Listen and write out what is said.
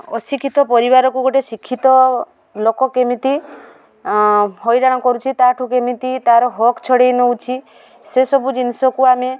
ଅଶିକ୍ଷିତ ପରିବାରକୁ ଗୋଟେ ଶିକ୍ଷିତ ଲୋକ କେମିତି ହଇରାଣ କରୁଛି ତାଠୁ କେମିତି ତାର ହକ୍ ଛଡ଼ାଇ ନେଉଛି ସେ ସବୁ ଜିନିଷକୁ ଆମେ